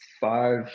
five